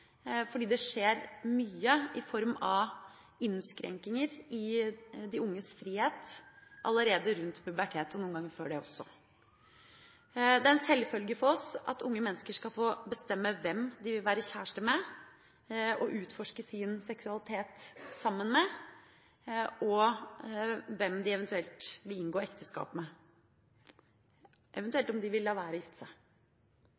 fordi det skjer mye i form av innskrenkinger i de unges frihet allerede rundt puberteten, og noen ganger før det også. Det er en selvfølge for oss at unge mennesker skal få bestemme hvem de vil være kjæreste med, utforske sin seksualitet sammen med, og hvem de eventuelt vil inngå ekteskap med